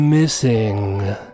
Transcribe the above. Missing